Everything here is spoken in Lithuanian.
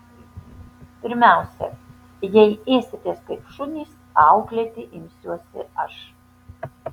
pirmiausia jei ėsitės kaip šunys auklėti imsiuosi aš